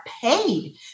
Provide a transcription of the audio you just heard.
paid